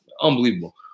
unbelievable